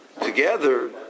together